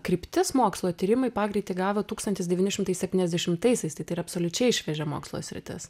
kryptis mokslo tyrimai pagreitį įgavo tūkstantis devyni šimtai septyniasdešimtaisiais yra absoliučiai šviežia mokslo sritis